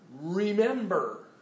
remember